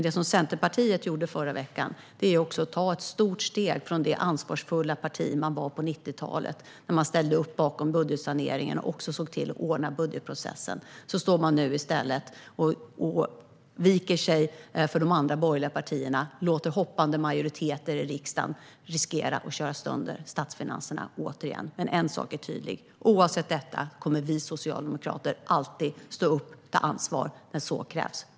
Det som Centerpartiet gjorde förra veckan var att ta ett stort steg från att vara det ansvarsfulla parti som man var på 1990-talet, då man ställde sig bakom budgetsaneringen och också såg till att ordna budgetprocessen, till att nu i stället vika sig för de andra borgerliga partierna och låta hoppande majoriteter i riksdagen riskera att återigen köra sönder statsfinanserna. Men en sak är tydlig: Oavsett detta kommer vi socialdemokrater alltid att stå upp och ta ansvar när så krävs.